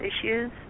issues